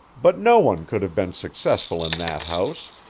but no one could have been successful in that house.